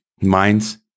Minds